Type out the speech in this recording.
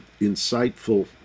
insightful